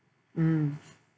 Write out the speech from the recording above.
mm